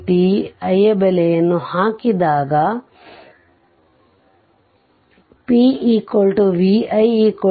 i ಬೆಲೆಯನ್ನು ಹಾಕಿದಾಗ pviCv